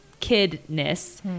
kidness